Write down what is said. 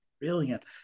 brilliant